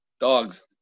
Dogs